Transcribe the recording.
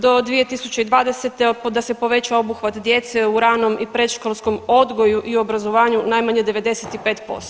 Do 2020., da se poveća obuhvat djece u ranom i predškolskom odgoju i obrazovanju, najmanje 95%